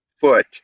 foot